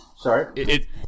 Sorry